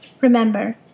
Remember